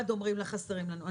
אומרים לך חסרים לנו על כל המנעד.